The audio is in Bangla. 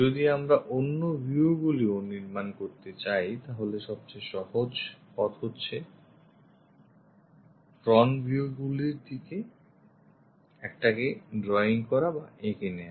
যদি আমরা অন্য viewগুলিও নির্মান করতে চাই তাহলে সবচেয়ে সহজ পথ হচ্ছে front viewগুলির একটাকে drawing করা বা এঁকে নেওয়া